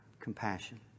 compassion